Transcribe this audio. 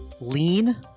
Lean